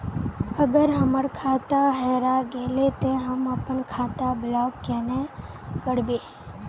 अगर हमर खाता हेरा गेले ते हम अपन खाता ब्लॉक केना करबे?